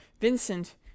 Vincent